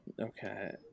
Okay